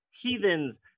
heathens